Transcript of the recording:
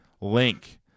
link